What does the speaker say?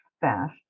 fast